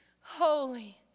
holy